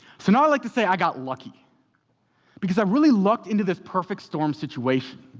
so now i like to say i got lucky because i really lucked into this perfect-storm situation,